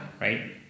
right